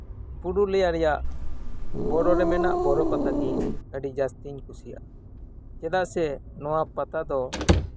ᱯᱩᱨᱩᱞᱤᱭᱟ ᱨᱮᱭᱟᱜ ᱵᱚᱨᱚᱨᱮ ᱢᱮᱱᱟᱜ ᱵᱚᱨᱚ ᱯᱟᱛᱟᱜᱮ ᱟᱹᱰᱤ ᱡᱟᱹᱥᱛᱤᱧ ᱠᱩᱥᱤᱭᱟᱜᱼᱟ ᱪᱮᱫᱟᱜ ᱥᱮ ᱱᱚᱣᱟ ᱯᱟᱛᱟ ᱫᱚ